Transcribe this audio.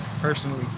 personally